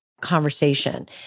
conversation